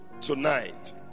tonight